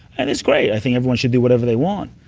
and that's great. i think everyone should do whatever they want,